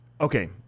Okay